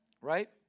Right